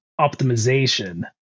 optimization